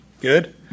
good